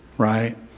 Right